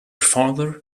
father